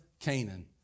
Canaan